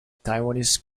taiwanese